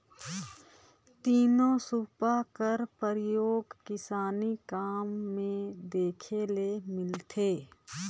तीनो सूपा कर परियोग किसानी काम मे देखे ले मिलथे